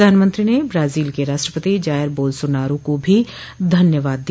प्रधानमंत्री ने बाजोल के राष्ट्रपति जायर बोल्सोनारो को भी धन्यवाद दिया